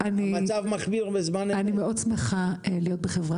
המצב מחמיר בזמן --- אני שמחה להיות בחרה